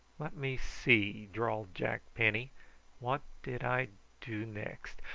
let me see, drawled jack penny what did i do next?